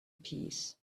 peace